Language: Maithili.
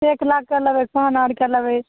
एक लाखके लेबय कोन आरके लेबय